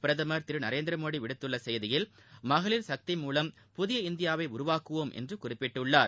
பிரதமர் திரு நரேந்திர மோடி விடுத்துள்ள செய்தியில் மகளிர் சக்தி மூலம் புதிய இந்தியாவை உருவாக்குவோம் என்று குறிப்பிட்டுள்ளார்